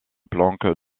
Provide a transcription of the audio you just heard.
planck